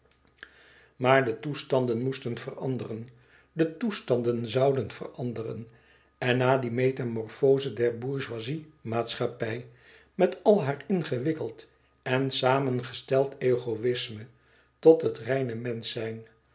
maar de toestanden moesten veranderen de toestanden zouden veranderen en na die metamorfoze der bourgeoise maatschappij met al haar ingewikkeld en samengesteld egoïsme tot het